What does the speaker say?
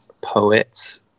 poets